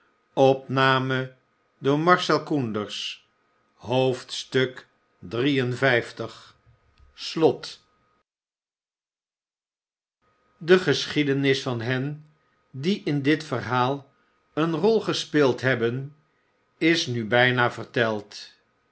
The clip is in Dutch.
slot de geschiedenis van hen die in dit verhaal een rol gespeeld hebben is nu bijna verteld